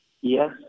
Yes